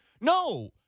No